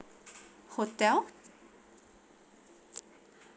hotel